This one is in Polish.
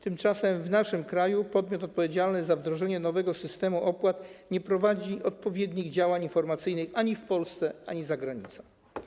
Tymczasem w naszym kraju podmiot odpowiedzialny za wdrożenie nowego systemu opłat nie prowadzi odpowiednich działań informacyjnych ani w Polsce, ani za granicą.